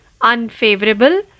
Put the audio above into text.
unfavorable